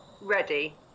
ready